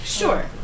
Sure